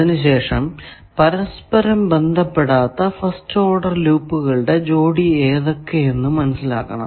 അതിനു ശേഷം പരസ്പരം ബന്ധപ്പെടാത്ത ഫസ്റ്റ് ഓഡർ ലൂപ്പുകളുടെ ജോഡി ഏതൊക്കെ എന്ന് മനസ്സിലാക്കണം